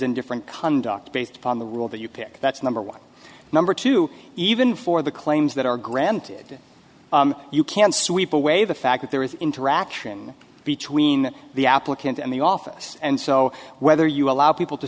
in different conduct based upon the rule that you pick that's number one number two even for the claims that are granted you can sweep away the fact that there is interaction between the applicant and the office and so either you allow people to